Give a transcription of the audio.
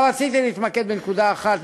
אבל רציתי להתמקד בנקודה אחת,